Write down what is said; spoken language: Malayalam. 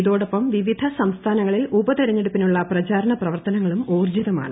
ഇതോടൊപ്പം വിവിധ സംസ്ഥാനങ്ങളിൽ ഉപ്പ്തെരഞ്ഞെടുപ്പിനുള്ള പ്രചാരണ പ്രവർത്തനങ്ങളും ഊർജ്ജിത്മാണ്